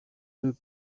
deux